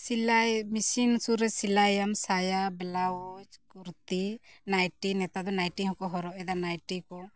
ᱥᱤᱞᱟᱭ ᱥᱩᱨ ᱨᱮ ᱥᱤᱞᱟᱭᱟᱢ ᱥᱟᱭᱟ ᱵᱞᱟᱣᱩᱡᱽ ᱠᱩᱨᱴᱤ ᱱᱟᱭᱴᱤ ᱱᱮᱛᱟᱨ ᱫᱚ ᱱᱟᱭᱴᱤ ᱦᱚᱸᱠᱚ ᱦᱚᱨᱚᱜ ᱮᱫᱟ ᱱᱟᱭᱴᱤ ᱠᱚ